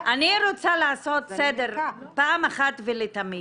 אני רוצה לעשות סדר פעם אחת ולתמיד.